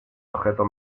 objetos